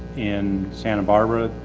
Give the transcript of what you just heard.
in santa barbara.